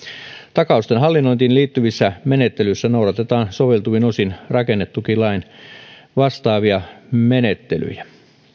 takausten hallinnointiin liittyvissä menettelyissä noudatetaan soveltuvin osin rakennetukilain vastaavia menettelyjä